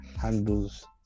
handles